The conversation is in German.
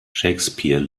shakespeare